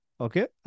Okay